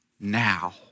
now